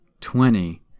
Twenty